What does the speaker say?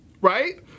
right